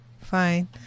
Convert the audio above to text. fine